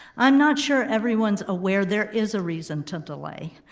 i'm not sure everyone's aware, there is a reason to delay.